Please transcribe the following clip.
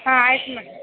ಹಾಂ ಆಯ್ತು ಮೇಡ್